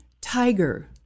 Tiger